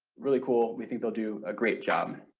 really cool, we think they'll do a great job.